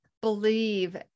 believe